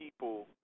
people